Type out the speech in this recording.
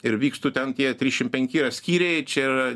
ir vykstu ten tie trisdešim penki yra skyriai čia yra